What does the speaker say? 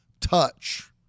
touch